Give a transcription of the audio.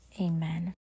amen